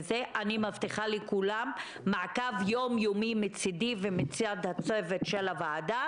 אני מבטיחה לכולם מעקב יום-יומי מצידי ומצד הצוות של הוועדה.